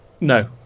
No